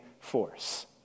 force